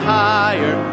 higher